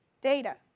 data